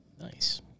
Nice